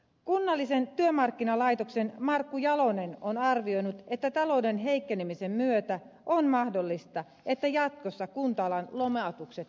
kunnallisen työmarkkinalaitoksen markku jalonen on arvioinut että talouden heikkenemisen myötä on mahdollista että jatkossa kunta alan lomautukset yleistyvät